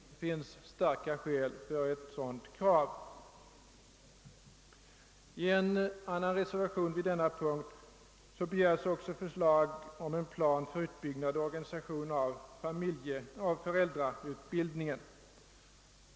Det finns starka skäl för ett sådant krav. I en annan reservation vid denna punkt begärs förslag om en plan för utbyggnad och organisation av föräldrautbildningen.